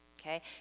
okay